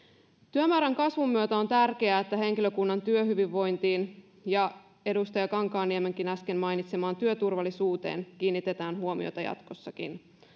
työmäärän kasvun myötä on tärkeää että henkilökunnan työhyvinvointiin ja edustaja kankaanniemenkin äsken mainitsemaan työturvallisuuteen kiinnitetään huomiota jatkossakin